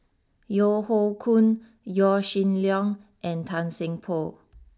Yeo Hoe Koon Yaw Shin Leong and Tan Seng Poh